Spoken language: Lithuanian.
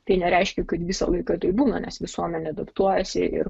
tai nereiškia kad visą laiką taip būna nes visuomenė adaptuojasi ir